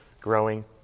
growing